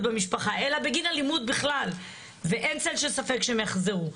במשפחה אלא בגין אלימות בכלל ואין ספק שהם יחזרו.